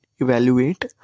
evaluate